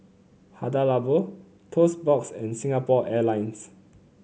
Hada Labo Toast Box and Singapore Airlines